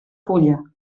fulla